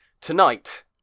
tonight